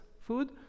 food